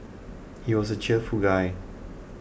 he was a cheerful guy